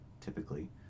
typically